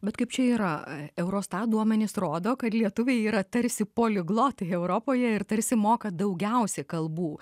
bet kaip čia yra eurostat duomenys rodo kad lietuviai yra tarsi poliglotai europoje ir tarsi moka daugiausiai kalbų